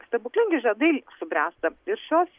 stebuklingi žiedai subręsta ir šios